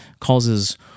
causes